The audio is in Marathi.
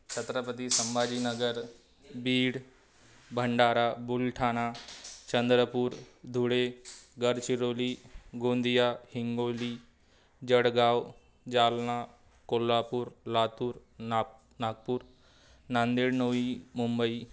छत्रपती संभाजीनगर बीड भंडारा बुलढाणा चंद्रपूर धुळे गडचिरोली गोंदिया हिंगोली जळगाव जालना कोल्हापूर लातूर नाग नागपूर नांदेड नवी मुंबई